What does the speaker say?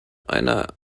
einer